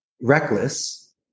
reckless